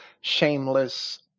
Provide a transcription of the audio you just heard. shameless